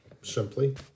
simply